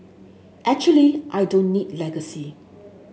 actually I don't need legacy